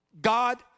God